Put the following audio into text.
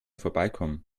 vorbeikommen